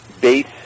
base